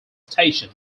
station